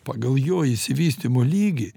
pagal jo išsivystymo lygį